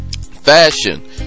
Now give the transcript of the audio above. Fashion